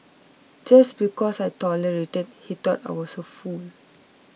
just because I tolerated he thought I was a fool